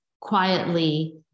quietly